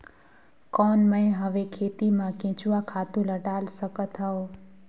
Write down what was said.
कौन मैं हवे खेती मा केचुआ खातु ला डाल सकत हवो?